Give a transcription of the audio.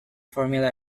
formula